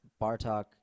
Bartok